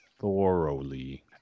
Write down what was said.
thoroughly